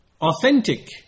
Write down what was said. authentic